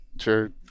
sure